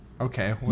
okay